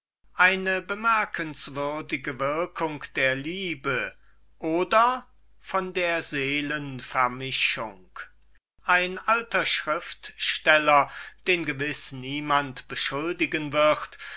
eine bemerkenswürdige würkung der liebe oder von der seelenmischung ein alter schriftsteller den gewiß niemand beschuldigen wird